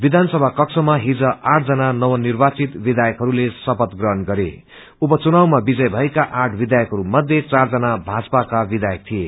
विधानसभा कक्षमा भोली आठ जना निव्राचित विधायकहरूले यशपथ ग्रहण गरे उपचुनावामा विजय भएका आठ विधायकहरू मध्ये चार जना भाजपाका विधायक थिए